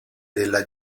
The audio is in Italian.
della